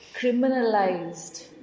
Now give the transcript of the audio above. criminalized